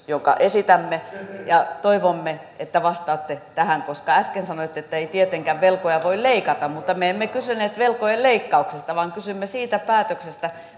jonka esitämme ja toivomme että vastaatte tähän koska äsken sanoitte ettei tietenkään velkoja voi leikata mutta me emme kysyneet velkojen leikkauksesta vaan kysyimme siitä päätöksestä